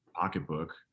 pocketbook